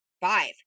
five